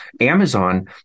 Amazon